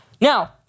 Now